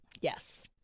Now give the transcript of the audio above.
Yes